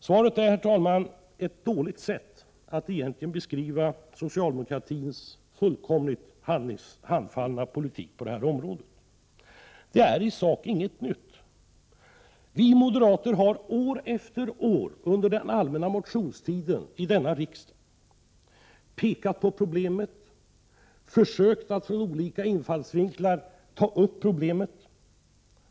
Svaret är, herr talman, egentligen ett dåligt sätt att beskriva socialdemokratins fullständigt handfallna politik på det här området. Det är i sak inget nytt. Vi moderater har år efter år under den allmänna motionstiden vid denna riksdag pekat på problemet och försökt att ur olika infallsvinklar angripa det.